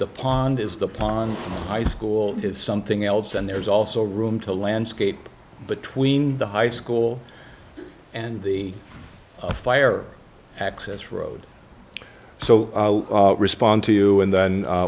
the pond is the pond high school is something else and there's also room to landscape between the high school and the fire access road so respond to you and then